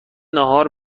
ناهار